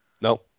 No